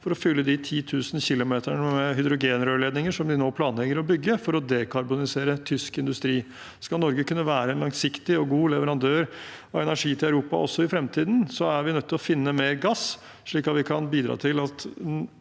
for å fylle de 10 000 kilometerne med hydrogenrørledninger som de nå planlegger å bygge for å dekarbonisere tysk industri. Skal Norge kunne være en langsiktig og god leverandør av energi til Europa også i fremtiden, er vi nødt til å finne mer gass, slik at vi kan bidra til at